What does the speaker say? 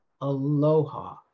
Aloha